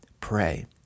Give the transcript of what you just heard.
pray